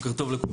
בוקר טוב לכולם,